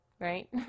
Right